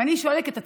ואני שואלת את עצמי: